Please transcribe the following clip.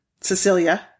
Cecilia